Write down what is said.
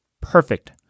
Perfect